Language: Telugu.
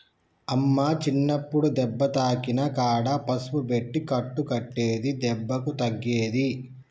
అమ్మ చిన్నప్పుడు దెబ్బ తాకిన కాడ పసుపు పెట్టి కట్టు కట్టేది దెబ్బకు తగ్గేది